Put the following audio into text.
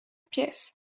pies